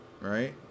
Right